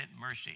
mercy